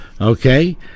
Okay